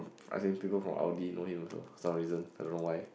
ask him to go from Audi know him also some reason I don't know why